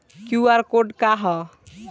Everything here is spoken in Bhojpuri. क्यू.आर कोड का ह?